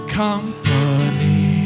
company